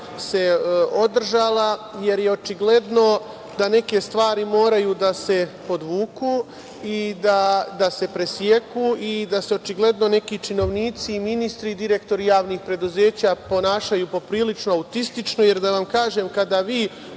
se održala, jer je očigledno da neke stvari moraju da se podvuku i da se preseku, jer se očigledno neki činovnici, ministri i direktori javnih preduzeća ponašaju poprilično autistično. Da vam kažem, kada vi